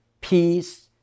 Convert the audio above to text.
peace